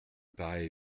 pareille